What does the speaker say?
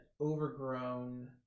overgrown